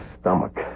stomach